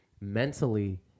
mentally